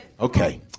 Okay